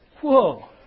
Whoa